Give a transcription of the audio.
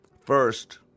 First